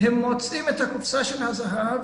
הם מוצאים את הקופסה של הזהב